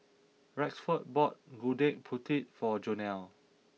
Rexford bought Gudeg Putih for Jonell